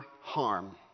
harm